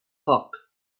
foc